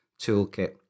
toolkit